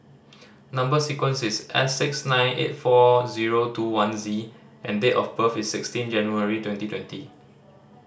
number sequence is S six nine eight four zero two one Z and date of birth is sixteen January twenty twenty